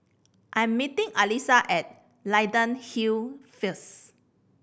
I am meeting Alisa at Leyden Hill first